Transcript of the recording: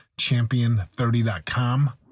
champion30.com